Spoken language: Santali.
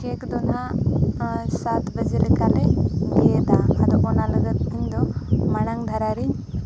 ᱠᱮᱠ ᱫᱚ ᱱᱟᱦᱟᱸᱜ ᱥᱟᱛ ᱵᱟᱡᱮ ᱞᱮᱠᱟ ᱞᱮ ᱜᱮᱫᱟ ᱟᱫᱚ ᱚᱱᱟ ᱞᱟᱹᱜᱤᱫ ᱤᱧ ᱫᱚ ᱢᱟᱲᱟᱝ ᱫᱷᱟᱨᱟ ᱨᱤᱧ